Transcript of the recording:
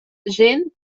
gent